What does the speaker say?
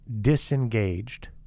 disengaged